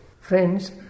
Friends